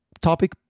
Topic